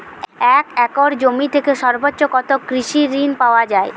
এক একর জমি থেকে সর্বোচ্চ কত কৃষিঋণ পাওয়া য়ায়?